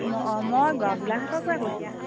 ম অঁ মই গ গোলাঘাটৰ পৰা কৈছোঁ